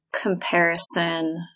comparison